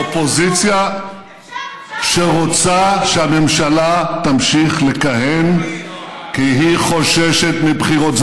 אופוזיציה שרוצה שהממשלה תמשיך לכהן כי היא חוששת מבחירות,